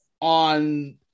on